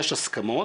יש הסכמות,